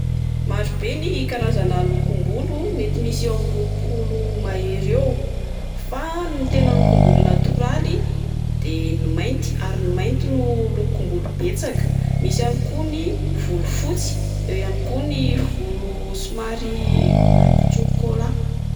Maro be ny karazana lokom-bolo, mety misy eo roampolo mahery eo fa ny tena lokom-bolo natoraly de ny mainty ary ny mainty no lokom-bolo betsaka. Misy ihany koa ny volofotsy, eo ihany koa ny volo somary lokon-tsôkôla.